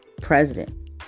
president